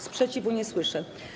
Sprzeciwu nie słyszę.